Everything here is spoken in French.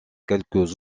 quelques